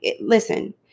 Listen